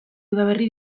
udaberri